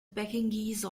pekingese